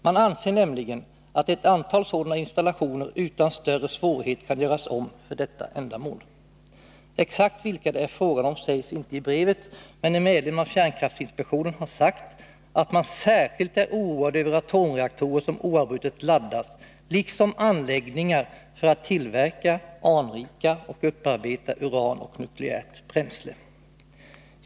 Man anser nämligen att ett antal sådana installationer utan större svårigheter kan göras om för detta ändamål. Exakt vilka det är fråga om sägs inte i brevet, men en medlem av kärnkraftsinspektionen har sagt att man särskilt är oroad över atomreaktorer som oavbrutet laddas liksom anläggningar för att tillverka, anrika och upparbeta uran och nukleärt bränsle.